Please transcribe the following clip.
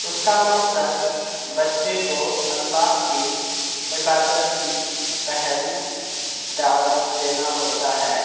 اس کا مقصد بچے کو اللہ کی عبادت کی پہل دعوت دینا ہوتا ہے